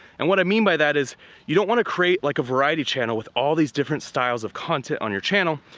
and what i mean by that is you don't wanna create like a variety channel with all these different styles of content on your channel.